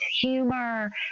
humor